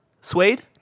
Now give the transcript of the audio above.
suede